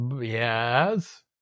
Yes